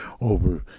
over